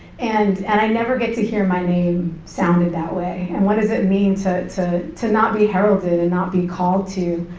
and and i never get to hear my name sounded that way, and what does it mean to to not be heralded, and not be called to.